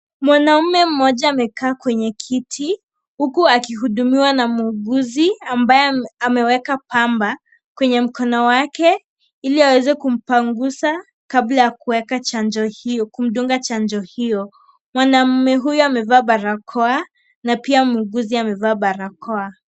Mwanaume mmoja amekaa kwenye kiti huku akihudumiwa na mhuguzi ambaye ameweka pamba kwenye mkono wake Ili aweze kumpanguza kabla ya kumdunga chanjo hiyo. Mwanaume huyo amevaa barakoa na pia mhuguzi amevaa barakoa.